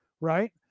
right